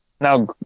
now